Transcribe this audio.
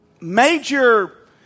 Major